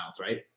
right